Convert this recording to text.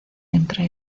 entre